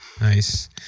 Nice